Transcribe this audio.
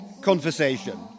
conversation